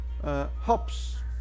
hops